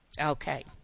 Okay